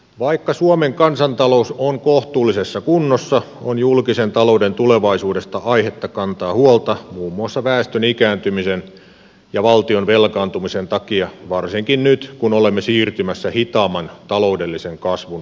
vaikka suomen kansantalous on kohtuullisessa kunnossa on julkisen talouden tulevaisuudesta aihetta kantaa huolta muun muassa väestön ikääntymisen ja valtion velkaantumisen takia varsinkin nyt kun olemme siirtymässä hitaamman taloudellisen kasvun aikaan